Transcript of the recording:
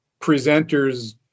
presenters